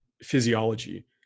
physiology